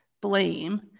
blame